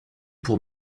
pour